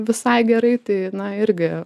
visai gerai tai na irgi